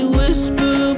whisper